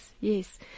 yes